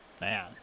Man